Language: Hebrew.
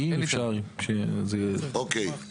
אוקיי.